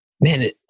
man